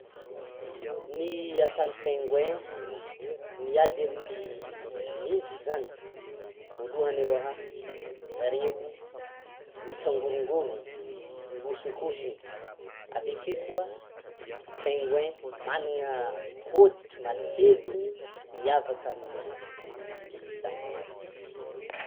Ny ataon'ny pingouins miady amin'ny nintsy zany, voalohany aloha zareo mitangôrongôrono mihôsinkosono, avakeo koa pingouins manana hoditry mateviny miavaka amin'ny biby sasany.